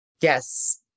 Yes